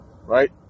Right